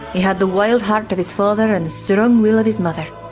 he had the wild heart of his father, and the strong will of his mother.